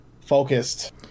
focused